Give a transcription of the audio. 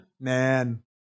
man